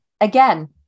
again